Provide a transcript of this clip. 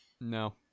No